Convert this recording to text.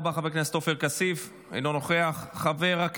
הדובר הבא,